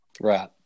Right